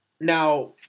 Now